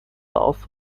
south